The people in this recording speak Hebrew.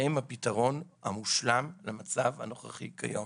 הן הפתרון המושלם למצב הנוכחי כיום.